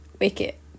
wicket